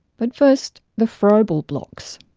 but first, the frobel blocks.